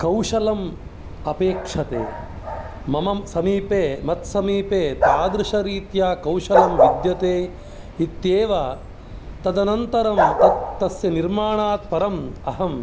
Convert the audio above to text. कौशलम् अपेक्षते मम समीपे मत्समीपे तादृशरीत्या कौशलं विद्यते इत्येव तदनन्तरं तद् तस्य निर्माणाद् परम् अहम्